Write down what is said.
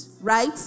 right